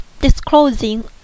disclosing